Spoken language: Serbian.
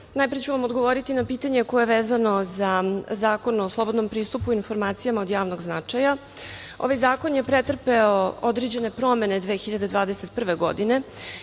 ću vam odgovoriti na pitanje koje je vezano za Zakon o slobodnom pristupu informacijama od javnog značaja. Ovaj zakon je pretrpeo određene promene 2021. godine